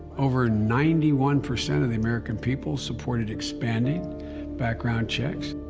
over ninety one percent of the american people supported expanding background checks,